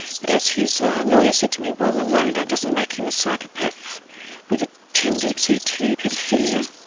but as his lawyer said to me, well the loner doesn't make him a psychopath with a tendency to paedophilia,